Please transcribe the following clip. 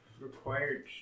required